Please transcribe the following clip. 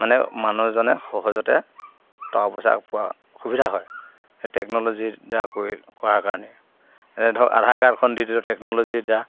মানে মানুহজনে সহজতে টকা পইচা পোৱা সুবিধা হয় টেকন'লজিৰ দ্বাৰা কৰি কৰাৰ কাৰণে এনে ধৰক আধাৰ কাৰ্ডখন দি দিলোঁ টেকন'লজিৰ দ্বাৰা